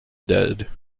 dead